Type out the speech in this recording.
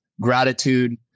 gratitude